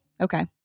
Okay